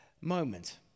moment